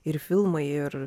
ir filmai ir